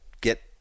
get